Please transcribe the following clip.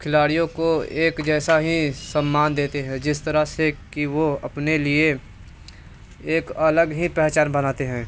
खिलाड़ियों को एक जैसा हीं सम्मान देते हैं जिस तरह से कि वो अपने लिए एक अलग ही पहचान बनाते हैं